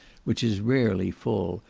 which is rarely full,